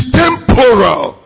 temporal